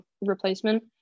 replacement